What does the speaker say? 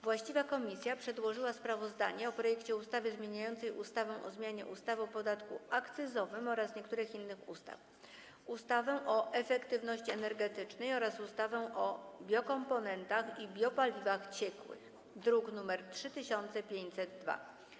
Właściwa komisja przedłożyła sprawozdanie o projekcie ustawy zmieniającej ustawę o zmianie ustawy o podatku akcyzowym oraz niektórych innych ustaw, ustawę o efektywności energetycznej oraz ustawę o biokomponentach i biopaliwach ciekłych, druk nr 3502.